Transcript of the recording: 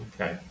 Okay